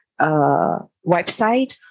website